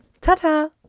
ta-ta